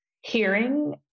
hearing